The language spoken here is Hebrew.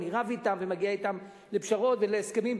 אני רב אתם ומגיע אתם לפשרות ולהסכמים.